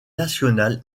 nationale